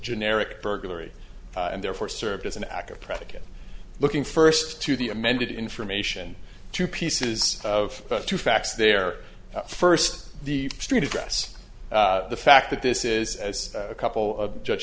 generic burglary and therefore served as an accurate predicate looking first to the amended information to pieces of the two facts there first the street address the fact that this is as a couple of judge